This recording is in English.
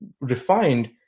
refined